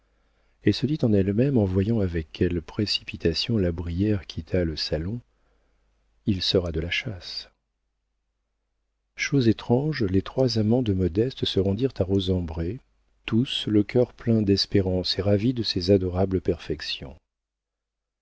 elle se dit en elle-même en voyant avec quelle précipitation la brière quitta le salon il sera de la chasse chose étrange les trois amants de modeste se rendirent à rosembray tous le cœur plein d'espérance et ravis de ses adorables perfections